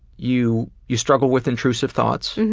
you you struggle with intrusive thoughts,